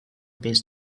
pays